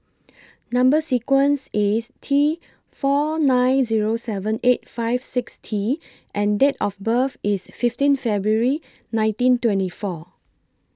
Number sequence IS T four nine Zero seven eight five six T and Date of birth IS fifteen February nineteen twenty four